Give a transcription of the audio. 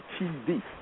TV